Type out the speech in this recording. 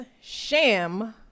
sham